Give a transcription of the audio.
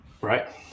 right